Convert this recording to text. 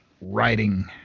writing